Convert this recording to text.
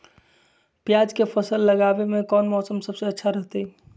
प्याज के फसल लगावे में कौन मौसम सबसे अच्छा रहतय?